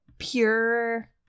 pure